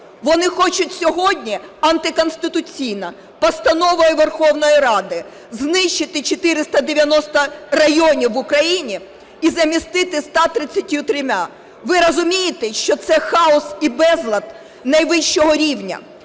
вони хочуть сьогодні антиконституційно Постановою Верховної Ради знищити 490 районів в Україні і замістити 133-а. Ви розумієте, що це хаос і безлад найвищого рівня?